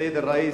סיִדי אל-ראיס,